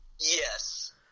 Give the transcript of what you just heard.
Yes